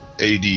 AD